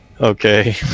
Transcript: okay